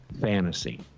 fantasy